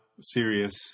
serious